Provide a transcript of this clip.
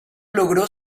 logró